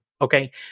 okay